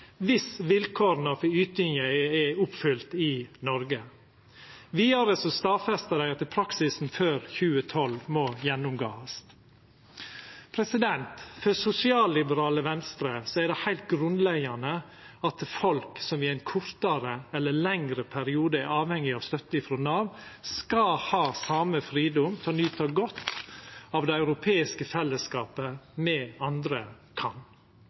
viss vilkåra for ytinga er oppfylte i Noreg. Vidare stadfestar dei at ein må gjennomgå praksisen før 2012. For sosialliberale Venstre er det heilt grunnleggjande at folk som i ein kortare eller lengre periode er avhengige av støtte frå Nav, skal ha den same fridomen til å nyta godt av det europeiske fellesskapet som me andre kan.